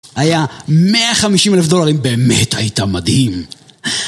היה 150 אלף דולרים, באמת היית מדהים